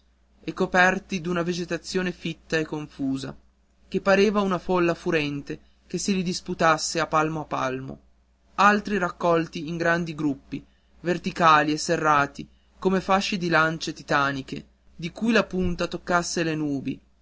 e coperti d'una vegetazione fitta e confusa che pareva una folla furente che se li disputasse a palmo a palmo altri raccolti in grandi gruppi verticali e serrati come fasci di lancie titaniche di cui la punta toccasse le nubi